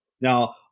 Now